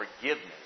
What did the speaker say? forgiveness